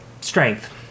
Strength